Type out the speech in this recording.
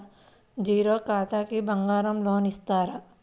Zero ఖాతాకి బంగారం loan ఇస్తారా?